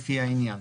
לפי העניין,